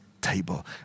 table